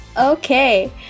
Okay